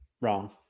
Wrong